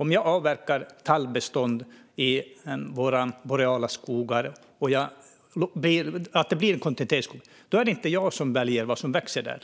Om jag avverkar tallbestånd i våra boreala skogar och ber att det blir kontinuitetsskog är det inte jag som väljer vad som växer där.